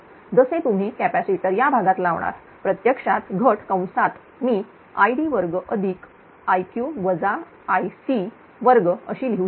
जसे तुम्ही कॅपॅसिटर या भागात लावणार प्रत्यक्षांत घट कंसात मी Id22 अशी लिहू शकतो